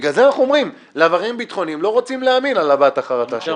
בגלל זה אנחנו אומרים שלא רוצים להאמין להבעת החרטה של